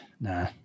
Nah